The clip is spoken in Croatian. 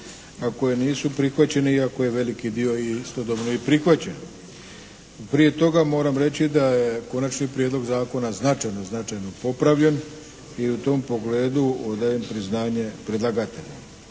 a koje nisu prihvaćene iako je veliki dio istodobno i prihvaćen. Prije toga moram reći da je konačni prijedlog zakona značajno, značajno popravljen i u tom pogledu odajem priznanje predlagatelju.